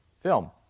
film